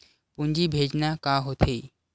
पूंजी भेजना का होथे?